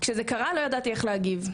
כשזה קרה לא ידעתי איך להגיב,